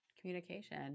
Communication